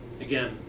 Again